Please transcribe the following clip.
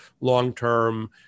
long-term